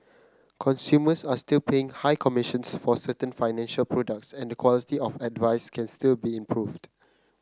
consumers are still paying high commissions for certain financial products and the quality of advice can still be improved